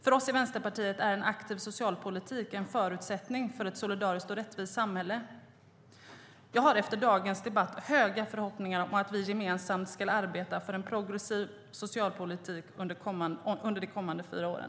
För oss i Vänsterpartiet är en aktiv socialpolitik en förutsättning för ett solidariskt och rättvist samhälle. Jag har efter dagens debatt höga förhoppningar om att vi gemensamt ska arbeta för en progressiv socialpolitik under de kommande fyra åren.